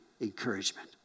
encouragement